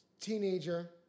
Teenager